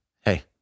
Hey